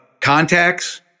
contacts